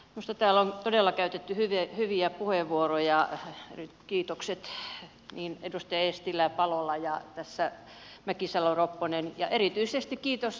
minusta täällä on todella käytetty hyviä puheenvuoroja ja kiitokset edustajille eestilä palola ja mäkisalo ropponen ja erityisesti kiitos ministerille